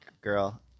girl